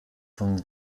von